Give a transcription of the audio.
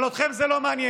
אבל אתכם זה לא מעניין,